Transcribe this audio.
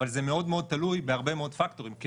אבל זה מאוד מאוד תלוי בהרבה מאוד מרכיבים,